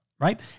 right